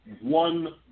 one